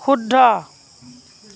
শুদ্ধ